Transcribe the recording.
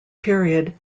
period